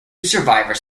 survivors